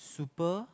super